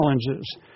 challenges